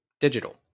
digital